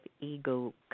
ego